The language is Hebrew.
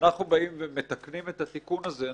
וכשאנחנו באים ומתקנים את התיקון הזה,